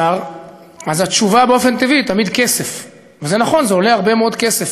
האסירות שכלואות ב"נווה תרצה" ברור שזה נשמע הרבה פעמים